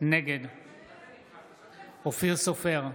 נגד אופיר סופר,